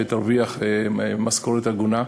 תרוויח משכורת הגונה.